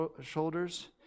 shoulders